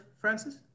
francis